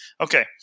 okay